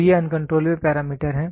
तो ये uncontrollable parameter हैं